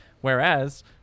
Whereas